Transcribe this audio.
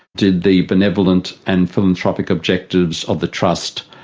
did the benevolent and philanthropic objectives of the trust,